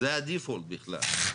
זה ה-default בכלל.